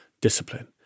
discipline